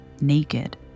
naked